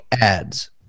ads